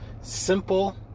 simple